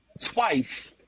twice